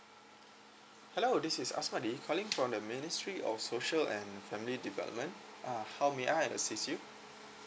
hello this is A S M A D I calling from the ministry of social and family development uh how may I assist you